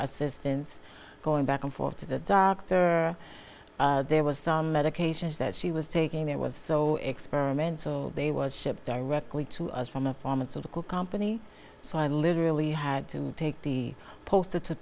assistance going back and forth to the doctor there was some medications that she was taking it was so experimental they was shipped directly to us from a pharmaceutical company so i literally had to take the posted to